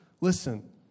Listen